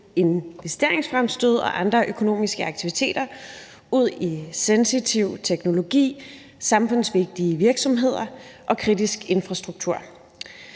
investeringsfremstød og andre økonomiske aktiviteter ud i sensitiv teknologi, samfundsvigtige virksomheder og kritisk infrastruktur.